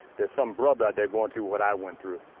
that some brother they're going through, what i went through,